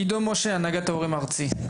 עידו משה, הנהגת ההורים הארצי.